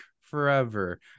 forever